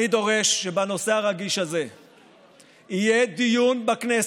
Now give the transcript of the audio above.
אני דורש שבנושא הרגיש הזה יהיה דיון בכנסת,